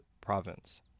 province